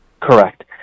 Correct